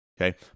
okay